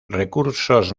recursos